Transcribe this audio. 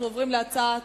אנחנו עוברים להצעת